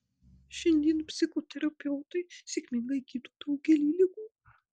šiandien psichoterapeutai sėkmingai gydo daugelį ligų